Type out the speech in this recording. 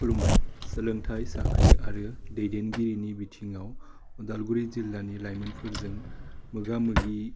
खुलुमबाइ सोलोंथाइ साख्रि आरो दैदेनगिरिनि बिथिङाव उदालगुरि जिल्लानि लाइमोनफोरजों मोगा मोगि